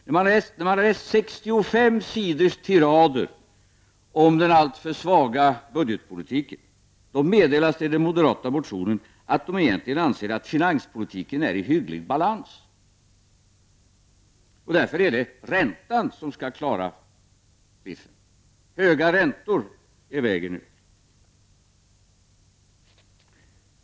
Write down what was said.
När man har läst 65 sidor tirader om den alltför svaga budgetpolitiken meddelar moderaterna i sin motion att de egentligen anser att finanspolitiken är i hygglig balans. Därför är det räntan som skall klara biffen. Höga räntor är nu den rätta vägen.